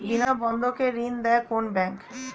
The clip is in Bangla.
বিনা বন্ধকে ঋণ দেয় কোন ব্যাংক?